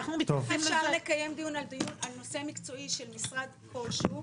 איך אפשר לקיים דיון על נושא מקצועי של משרד כלשהו,